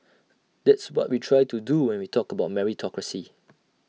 that's what we try to do when we talked about meritocracy